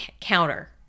counter